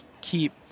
keep